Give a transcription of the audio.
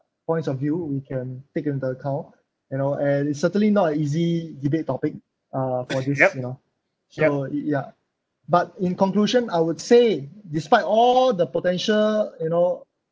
points of view we can take into account and all and it's certainly not a easy debate topic uh for this you know so ya but in conclusion I would say despite all the potential you know